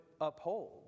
uphold